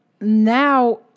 now